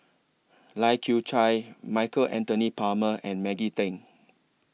Lai Kew Chai Michael Anthony Palmer and Maggie Teng